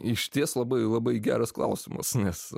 išties labai labai geras klausimas nes